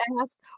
ask